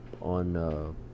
on